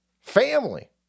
family